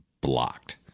blocked